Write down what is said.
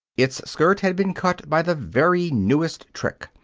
its skirt had been cut by the very newest trick.